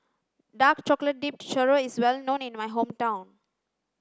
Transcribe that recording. dark chocolate dipped churro is well known in my hometown